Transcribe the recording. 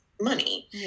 money